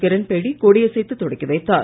கிரண்பேடி கொடியசைத்து தொடக்கி வைத்தார்